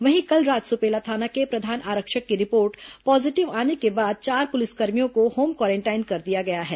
वहीं कल रात सुपेला थाना के प्रधान आरक्षक की रिपोर्ट पॉजीटिव आने के बाद चार पुलिसकर्मियों को होम क्वारेंटाइन कर दिया गया है